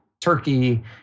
Turkey